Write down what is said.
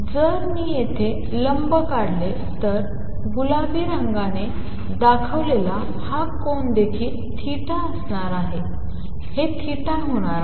तर जर मी येथे लंब काढले तर गुलाबी रंगाने दाखवलेला हा कोन देखील असणार आहे हे होणार आहे